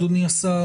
אדוני השר,